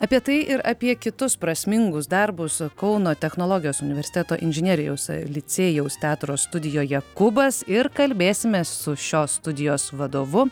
apie tai ir apie kitus prasmingus darbus kauno technologijos universiteto inžinerijos licėjaus teatro studijoje kubas ir kalbėsimės su šios studijos vadovu